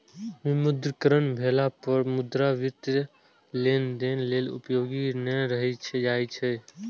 विमुद्रीकरण भेला पर मुद्रा वित्तीय लेनदेन लेल उपयोगी नै रहि जाइ छै